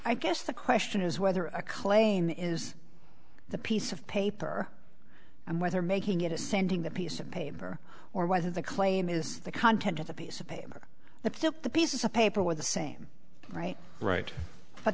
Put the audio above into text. i guess the question is whether a claim is the piece of paper and whether making it a sending that piece of paper or whether the claim is the content of the piece of paper the pick the pieces of paper were the same right right but